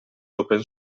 open